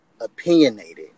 opinionated